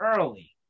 early